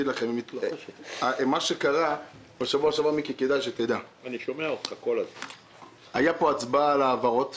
בשבוע שעבר, מיקי, הייתה פה הצבעה על ההעברות